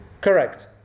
Correct